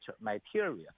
material